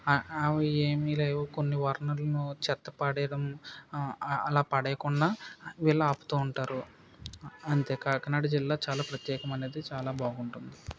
అవి ఏమీ లేవు కొన్ని వనరులను చెత్త పడేయటం అలా పడేయకుండా వీళ్ళు ఆపుతుంటారు అంతే కాకినాడ జిల్లా చాలా ప్రత్యేకమైనది చాలా బాగుంటుంది